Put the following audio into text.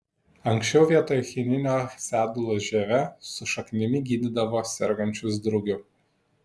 anksčiau vietoj chinino sedulos žieve su šaknimi gydydavo sergančius drugiu